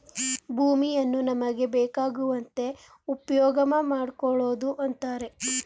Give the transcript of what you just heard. ಭೂಮಿಯನ್ನು ನಮಗೆ ಬೇಕಾಗುವಂತೆ ಉಪ್ಯೋಗಮಾಡ್ಕೊಳೋದು ಅಂತರೆ